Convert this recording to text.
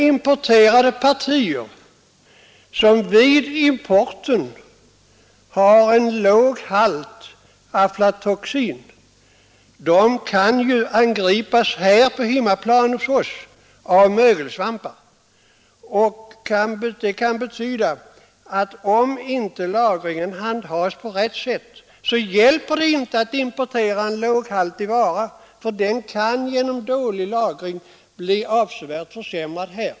Även partier som vid importen har en låg halt aflatoxin kan angripas av mögelsvampar efter det att de kommit hit. Om inte lagringen handhas på rätt sätt hjälper det alltså inte att importera en låghaltig vara; den kan genom dålig lagring bli avsevärt försämrad här.